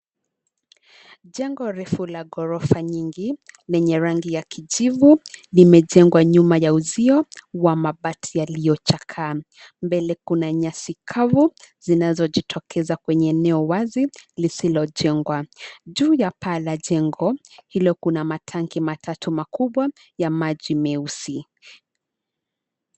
Jengo refu la ghorofa nyingi, lenye rangi ya kijivu, limejengwa nyuma ya uzio, wa mabati yaliyochakaa, mbele kuna nyasi kavu, zinazojitokeza kwenye eneo wazi, lisilojengwa, juu ya paa la jengo, hilo kuna matanki matatu makubwa, ya maji meusi.